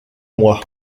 moi